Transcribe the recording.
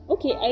Okay